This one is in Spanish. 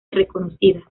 reconocida